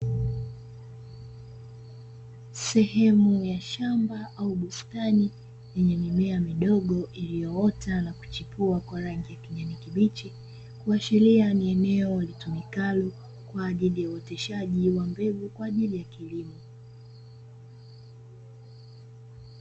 Sehemu ya shamba au bustani lenye mimea midogo iliyoota na kuchipua kwa rangi ya kijani kibichi, kuashiria ni eneo litumikalo kwaajili ya uoteshaji wa mbegu kwajili ya kilimo.